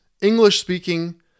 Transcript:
English-speaking